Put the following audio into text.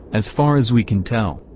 as far as we can tell,